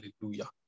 Hallelujah